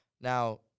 Now